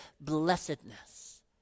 blessedness